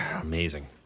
Amazing